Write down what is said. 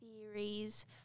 theories